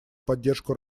поддержку